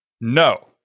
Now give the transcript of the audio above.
No